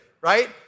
Right